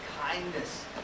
kindness